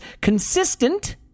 consistent